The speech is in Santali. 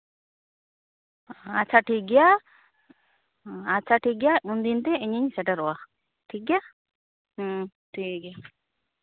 ᱟᱪᱪᱷᱟ ᱴᱷᱤᱠᱜᱮᱭᱟ ᱟᱪᱪᱷᱟ ᱴᱷᱤᱠᱜᱮᱭᱟ ᱩᱱ ᱫᱤᱱ ᱛᱮ ᱤᱧᱤᱧ ᱥᱮᱴᱮᱨᱚᱜᱼᱟ ᱴᱷᱤᱠᱜᱮᱭᱟ ᱴᱷᱤᱠᱜᱮᱭᱟ